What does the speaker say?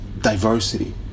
diversity